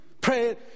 pray